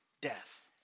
death